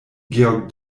georg